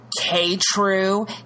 K-True